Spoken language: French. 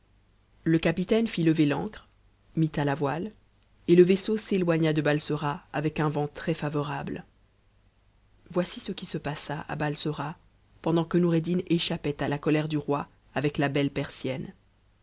le capitaine lever l'ancre mit à la voile et le vaisseau s i loigna de balsora avec un vent irès favorable voici ce qui se passa à baisera pendant que noureddin échappait à ht colère du roi avec la belle persienne